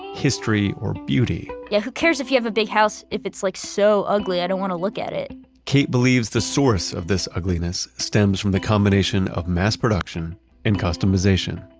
history or beauty yeah, who cares if you have a big house if it's like so ugly, i don't want to look at it kate believes the source of this ugliness stems from the combination of mass production and customization.